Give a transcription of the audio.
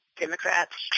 Democrats